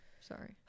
Sorry